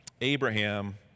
Abraham